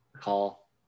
call